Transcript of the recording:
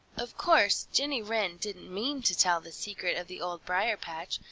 of course jenny wren didn't mean to tell the secret of the old briar-patch,